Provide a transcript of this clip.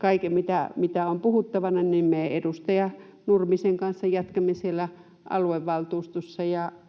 kaiken, mitä on puhuttavana. Me edustaja Nurmisen kanssa jatkamme siellä aluevaltuustossa